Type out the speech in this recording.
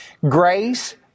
grace